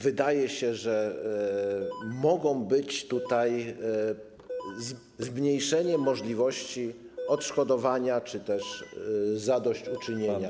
Wydaje się, że mogłoby być tutaj zmniejszenie możliwości odszkodowania czy też zadośćuczynienia.